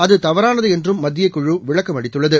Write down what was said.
அதுதவறானதுஎன்றும் மத்தியக்குழுவிளக்கம் அளித்துள்ளது